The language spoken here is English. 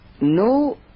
no